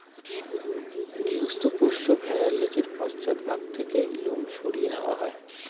গৃহস্থ পোষ্য ভেড়ার লেজের পশ্চাৎ ভাগ থেকে লোম সরিয়ে নেওয়া হয়